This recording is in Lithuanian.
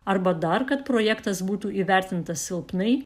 arba dar kad projektas būtų įvertintas silpnai